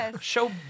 Show